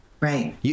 Right